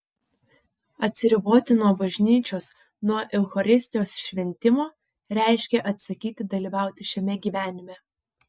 atsiriboti nuo bažnyčios nuo eucharistijos šventimo reiškia atsisakyti dalyvauti šiame gyvenime